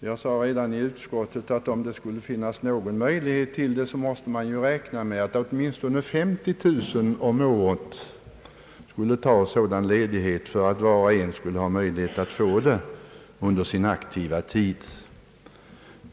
Jag sade redan i utskottet att om det skulle finnas någon möjlighet att åstadkomma sådan ledighet för alla under deras aktiva tid, måste man räkna med att åtminstone 50 000 personer om året skulle få ledighet från sina arbeten.